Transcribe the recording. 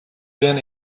been